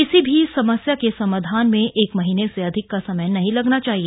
किसी भी समस्या के समाधान में एक महीने से अधिक का समय नहीं लगना चाहिए